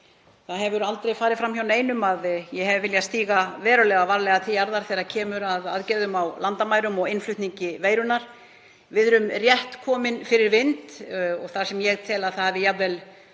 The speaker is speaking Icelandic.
Það hefur aldrei farið fram hjá neinum að ég hef viljað stíga verulega varlega til jarðar þegar kemur að aðgerðum á landamærum og innflutningi veirunnar. Við erum rétt komin fyrir vind og ég tel að það hafi jafnvel